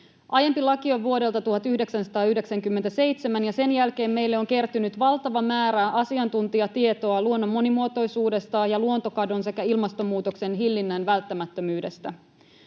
Aiempi laki on vuodelta 1997, ja sen jälkeen meille on kertynyt valtava määrä asiantuntijatietoa luonnon monimuotoisuudesta ja luontokadon sekä ilmastonmuutoksen hillinnän välttämättömyydestä.